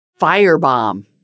firebomb